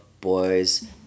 boys